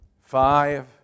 Five